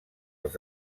els